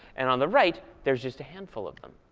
and on the right, there's just a handful of them.